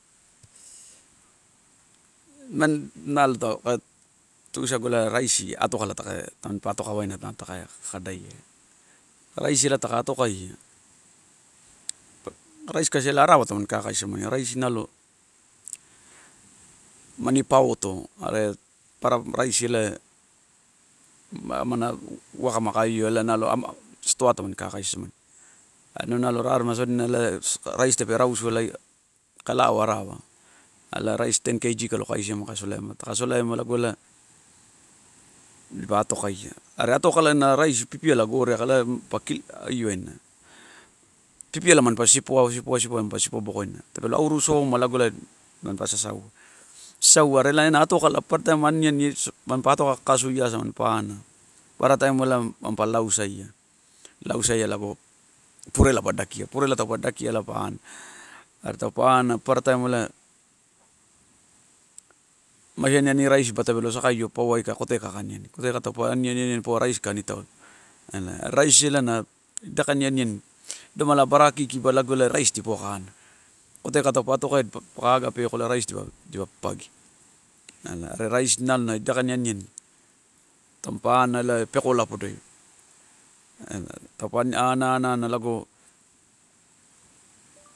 Nan nalto taka tuisagu, ela raisi atoka la taka, tampa atoka waina taka kadaia. Raisi ela taka atokaia, raisi ela kasi arawa taun kakaisi samani, raisi nalo mani paoto, are papara raisi ela amana uwaka maka io ela nalo 'ama' stoai tamani kakaisi samani. Are inau nalo rarema sodina ela raisi tape rausu ellai ka lao arawa, ela raisi ten kg kalo kaisi ama ka solaiama taka solaiama elae dipa atokaia. Are atokalai ena raisi pipiala goreaka ela pa 'kiu' io waina. Pipiala mampa sipoa, sipoa, sipoa mampa sipo bokoina tape lo auru soma lago ela mampa sasaua. Sasaua, are ena atokala papara taim aniani, mampa atoka kakasuia mampa na. Papara taim uai mampa lausaia, lausaia lago ppurela pa dakia, purela taupa dakia ela pa ana, are taupa ana papara taim ela masiani ani raisi tape lo sakaio paua aika koteuka ka aniani, taupa aniani, aniani taua raisi ka ani taulo ela. Raisi ela na ida kain aniani, domala bara kiki ba ela raisi dipaua ka ana. Koteuka taupa atokaia dipaka waga peko ela raisi dipa papagi ela. Are raisi nalo na ida kain aniani tamupa ana ela pekola podoi ela taupa ani, taupa ana, ana, ana lago.